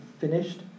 finished